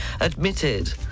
admitted